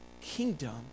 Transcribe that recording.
kingdom